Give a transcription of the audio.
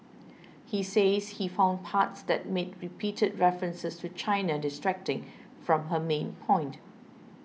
he says he found parts that made repeated references to China distracting from her main point